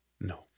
No